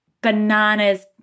bananas